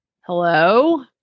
Hello